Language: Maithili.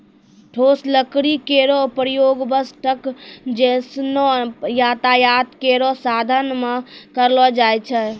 ठोस लकड़ी केरो प्रयोग बस, ट्रक जैसनो यातायात केरो साधन म करलो जाय छै